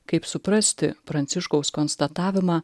kaip suprasti pranciškaus konstatavimą